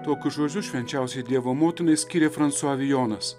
tokius žodžius švenčiausiai dievo motinai skiria fransua vijonas